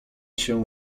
się